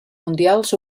mundials